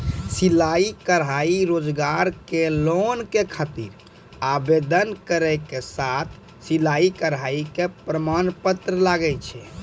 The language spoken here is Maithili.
सिलाई कढ़ाई रोजगार के लोन के खातिर आवेदन केरो साथ सिलाई कढ़ाई के प्रमाण पत्र लागै छै?